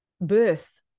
birth